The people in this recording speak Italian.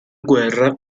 guerra